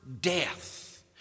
death